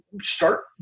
start